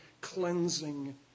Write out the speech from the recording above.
cleansing